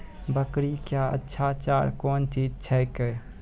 बकरी क्या अच्छा चार कौन चीज छै के?